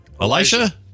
Elijah